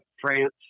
France